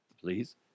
please